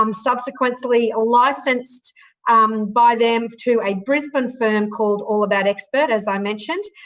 um subsequently licensed um by them to a brisbane firm called allaboutxpert, as i mentioned,